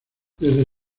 desde